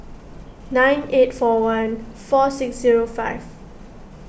nine eight four one four six zero five